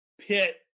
Pitt